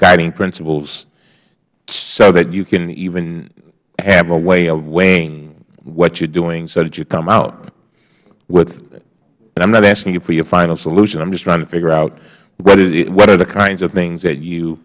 guiding principles so that you can have a way of weighing what you're doing so that you come out withh and i'm not asking you for your final solution i'm just trying to figure out what are the kinds of things that you